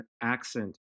accent